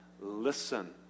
Listen